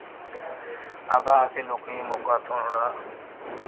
अबा असें लोकेंई मौका थ्होना ना